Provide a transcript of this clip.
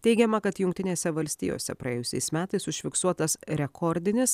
teigiama kad jungtinėse valstijose praėjusiais metais užfiksuotas rekordinis